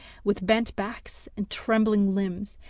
with bent backs and trembling limbs,